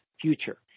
future